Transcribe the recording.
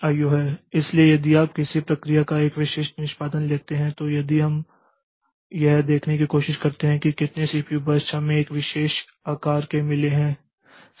इसलिए यदि आप किसी प्रक्रिया का एक विशिष्ट निष्पादन लेते हैं तो यदि हम यह देखने की कोशिश करते हैं कि कितने सीपीयू बर्स्ट हमें एक विशेष आकार के मिले हैं